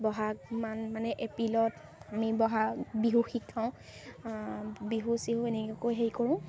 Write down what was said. ব'হাগমান মানে এপ্ৰিলত আমি ব'হাগ বিহু শিকাওঁ বিহু চিহু এনেকৈ হেৰি কৰোঁ